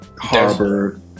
harbor